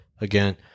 Again